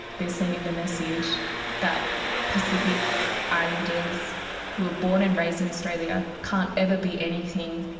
they're sending the message that pacific islanders who are born and raised in australia, can't ever be anything.